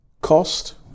Cost